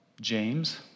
James